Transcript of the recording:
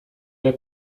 der